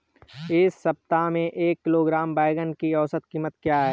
इस सप्ताह में एक किलोग्राम बैंगन की औसत क़ीमत क्या है?